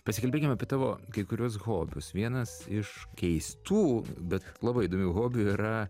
pasikalbėkim apie tavo kai kuriuos hobius vienas iš keistų bet labai įdomių hobių yra